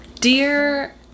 Dear